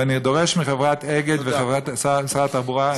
ואני דורש מחברת "אגד" וממשרד התחבורה,